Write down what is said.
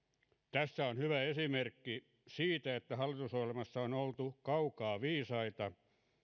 tässä on hyvä esimerkki siitä että hallitusohjelmassa on oltu kaukaa viisaita